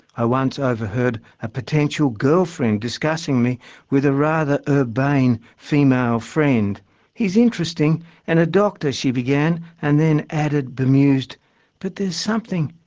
i once overheard a potential girlfriend discussing me with a rather ah urbane female friend he's interesting and a doctor she began, and then added bemused but there's something,